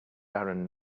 darren